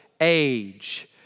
age